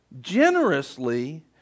generously